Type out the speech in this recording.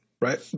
right